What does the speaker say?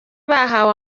bahawe